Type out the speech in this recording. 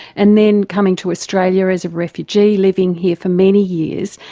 and then coming to australia as a refugee, living here for many years,